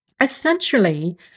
Essentially